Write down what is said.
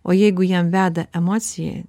o jeigu jam veda emocija